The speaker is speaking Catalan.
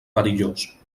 perillós